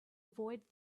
avoid